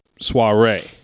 Soiree